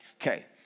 Okay